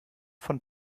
von